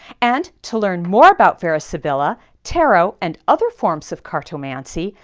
and to learn more about vera sibilla, tarot, and other forms of cartomancy,